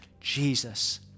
Jesus